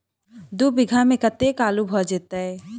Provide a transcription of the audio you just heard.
दु बीघा मे कतेक आलु भऽ जेतय?